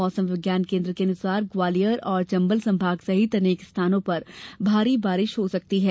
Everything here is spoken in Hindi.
मौसम विज्ञान केन्द्र के अनुसार ग्वालियर और चंबल संभाग सहित अनेक स्थानों पर भारी बारिश हो सकती है